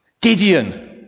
Gideon